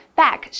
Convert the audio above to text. back